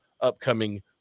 upcoming